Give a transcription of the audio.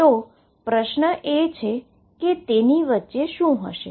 તો પ્રશ્ન એ છે કે તેની વચ્ચે શુ હશે